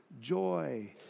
joy